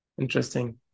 Interesting